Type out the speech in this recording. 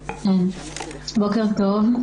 בוקר טוב.